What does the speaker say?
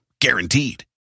Guaranteed